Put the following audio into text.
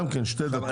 גם כן שתי דקות.